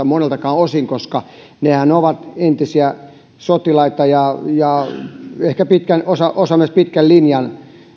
moniltakaan osin koska nehän ovat entisiä sotilaita ja ehkä osa myös pitkän linjan